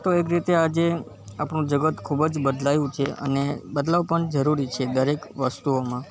તો એક રીતે આજે આપણું જગત ખૂબ જ બદલાયું છે અને બદલાવ પણ જરૂરી છે દરેક વસ્તુઓમાં